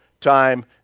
time